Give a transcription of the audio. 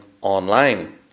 online